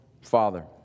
Father